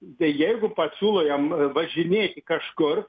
tai jeigu pasiūlo jam važinėti kažkur